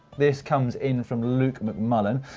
this comes in from luke mcmullin.